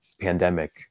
pandemic